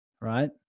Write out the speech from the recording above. right